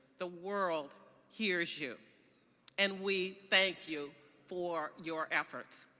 the world hears you and we thank you for your efforts.